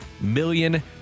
Million